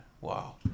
Wow